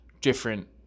different